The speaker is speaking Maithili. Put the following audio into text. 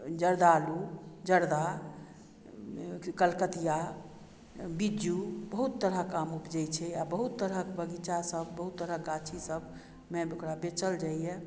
जर्दालू जर्दा कलकतिआ बिज्जू बहुत तरहक आम उपजैत छै आ बहुत तरहक बगीचासभ बहुत तरहक गाछी सभमे ओकरा बेचल जाइए